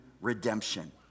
redemption